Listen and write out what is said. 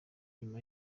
nyuma